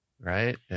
right